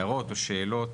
הערות או שאלות